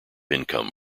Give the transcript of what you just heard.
income